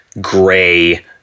gray